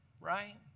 right